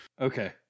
Okay